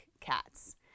cats